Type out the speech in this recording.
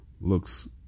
Looks